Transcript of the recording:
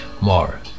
more